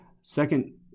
Second